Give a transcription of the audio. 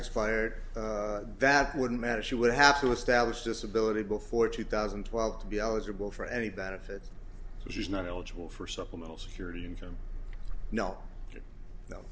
expired that wouldn't matter she would have to establish disability before two thousand and twelve to be eligible for any benefits she's not eligible for supplemental security income no